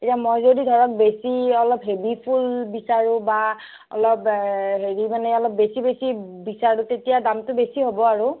এতিয়া মই যদি ধৰক বেছি অলপ হেভি ফুল বিচাৰোঁ বা অলপ হেৰি মানে অলপ বেছি বেছি বিচাৰোঁ তেতিয়া দামটো বেছি হ'ব আৰু